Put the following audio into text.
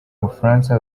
bufaransa